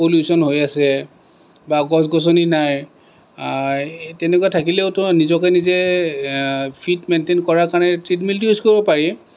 pollution হৈ আছে বা গছ গছনি নাই তেনেকুৱা থাকিলেওতো নিজকে নিজে ফিট মেইনটেইন কৰাৰ কাৰণে ট্ৰেডমিলটো ইউজ কৰিব পাৰি